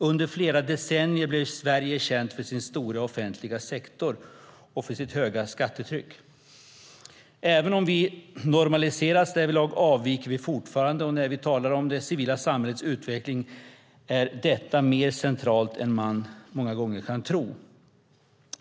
Under flera decennier blev Sverige känt för sin stora offentliga sektor och sitt höga skattetryck. Även om vi har normaliserats därvidlag avviker vi fortfarande, och när vi talar om det civila samhällets utveckling är detta mer centralt än man många gånger kan tro.